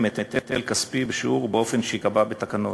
היטל כספי בשיעור ובאופן שנקבע בתקנות.